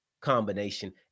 combination